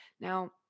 Now